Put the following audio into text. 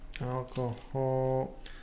alcohol